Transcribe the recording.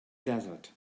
desert